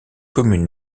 commune